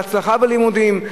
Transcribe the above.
הצלחה בלימודים.